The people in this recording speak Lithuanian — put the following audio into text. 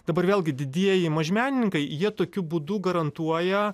dabar vėlgi didieji mažmenininkai jie tokiu būdu garantuoja